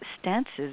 stances